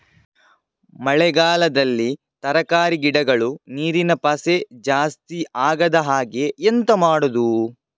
ಮಳೆಗಾಲದಲ್ಲಿ ತರಕಾರಿ ಗಿಡಗಳು ನೀರಿನ ಪಸೆ ಜಾಸ್ತಿ ಆಗದಹಾಗೆ ಎಂತ ಮಾಡುದು?